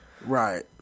right